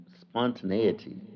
spontaneity